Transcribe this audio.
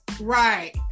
Right